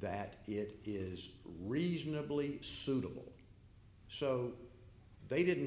that it is reasonably suitable so they didn't